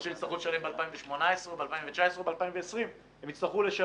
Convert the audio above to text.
או שהם יצטרכו לשלם על 2018 או על 2019 או על 2020. הם יצטרכו לשלם.